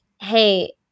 hey